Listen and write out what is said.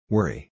Worry